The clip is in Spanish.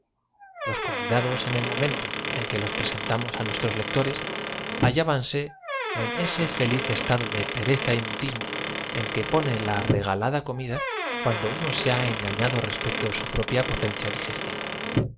moradas su cabeza no momento en que los presentamos a nuestros lectores hallábanse en parecía sino la cabeza de un moribundo inmóvil como los ise feliz estado de pereza y mutismo en que pone una regalada comida personajes pintados en un cuando uno se ha engañado respecto de su propia potencia digestiva